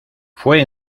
fue